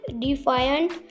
defiant